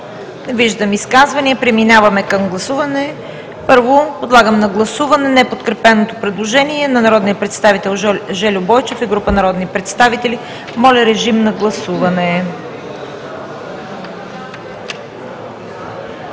виждам. Преминаваме към гласуване. Първо, подлагам на гласуване неподкрепеното предложение на народния представител Жельо Бойчев и група народни представители. Гласували